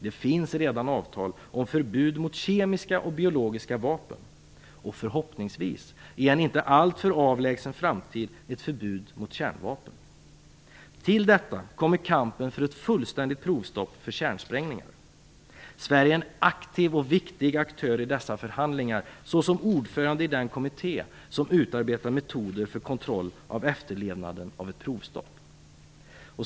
Det finns redan avtal om förbud mot kemiska och biologiska vapen och förhoppningsvis i en inte alltför avlägsen framtid ett förbud mot kärnvapen. Till detta kommer kampen för ett fullständigt provstopp för kärnsprängningar. Sverige är en aktiv och viktig aktör i dessa förhandlingar såsom ordförande i den kommitté som utarbetar metoder för kontroll av efterlevnaden av ett provstopp.